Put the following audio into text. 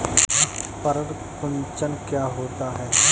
पर्ण कुंचन क्या होता है?